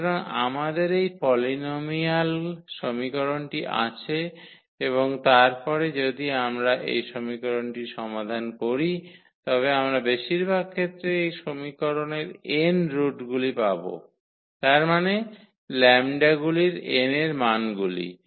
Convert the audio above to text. সুতরাং আমাদের এই পলিনোমিয়াল সমীকরণটি আছে এবং তারপরে যদি আমরা এই সমীকরণটি সমাধান করি তবে আমরা বেশিরভাগ ক্ষেত্রে এই সমীকরণ এর n রুট গুলি পাব তার মানে 𝜆 গুলির 𝑛 এর মানগুলি